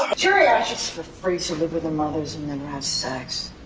on jerry i just for free to live with the mothers and then have sex